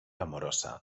amorosa